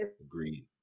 Agreed